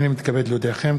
הנני מתכבד להודיעכם,